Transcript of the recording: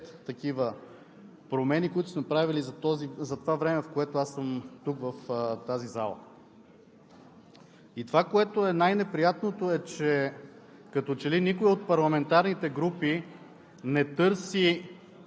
такива промени, които сме правили за това време, в което аз съм тук, в тази зала. И това, което е най-неприятното, е, че като че ли никоя от парламентарните групи не търси